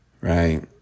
Right